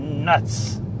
nuts